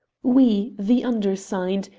we, the undersigned,